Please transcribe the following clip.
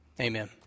amen